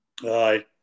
Aye